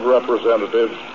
Representatives